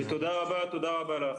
תודה רבה לך.